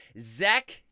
Zach